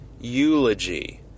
eulogy